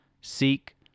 Seek